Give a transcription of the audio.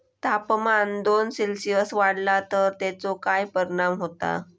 तापमान दोन सेल्सिअस वाढला तर तेचो काय परिणाम होता?